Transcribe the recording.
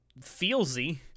feelsy